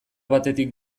batetik